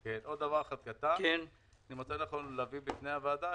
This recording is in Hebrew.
אני מוצא לנכון להביא בפני הוועדה